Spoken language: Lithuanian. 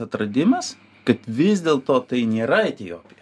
atradimas kad vis dėlto tai nėra etiopija